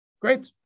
Great